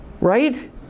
right